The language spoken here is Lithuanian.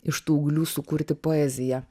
iš tų ūglių sukurti poeziją